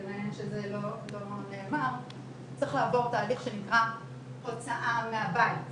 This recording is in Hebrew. זה לא נאמר, צריך לעבור תהליך שנקרא הוצאה מהבית.